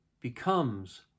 becomes